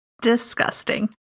Disgusting